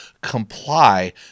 comply